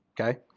Okay